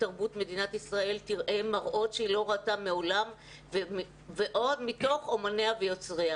מדינת ישראל תראה מראות שהיא לא ראתה מעולם ועוד מתוך אומניה ויוצריה.